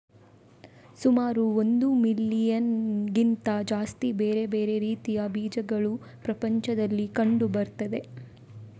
ಸುಮಾರು ಒಂದು ಮಿಲಿಯನ್ನಿಗಿಂತ ಜಾಸ್ತಿ ಬೇರೆ ಬೇರೆ ರೀತಿಯ ಬೀಜಗಳು ಪ್ರಪಂಚದಲ್ಲಿ ಕಂಡು ಬರ್ತವೆ